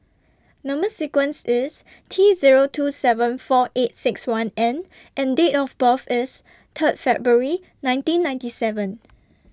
Number sequence IS T Zero two seven four eight six one N and Date of birth IS Third February nineteen ninety seven